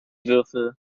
würfel